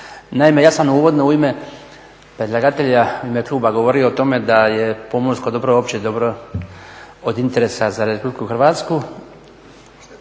Naime, ja sam uvodno u ime predlagatelja u ime kluba govorio o tome da je pomorsko dobro opće dobro od interesa za Republiku Hrvatsku